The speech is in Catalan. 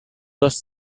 dos